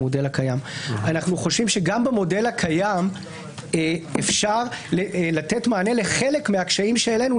אנחנו חושבים שגם במודל הקיים אפשר לתת מענה לחלק מהקשיים שהעלינו.